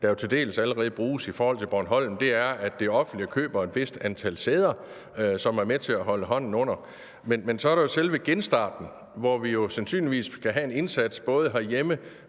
der jo til dels allerede bruges i forhold til Bornholm, er, at det offentlige køber et vist antal sæder, hvilket er med til at holde hånden under det. Men så er der jo selve genstarten, hvor vi jo sandsynligvis skal have en indsats både herhjemme,